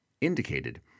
indicated